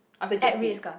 after G_S_T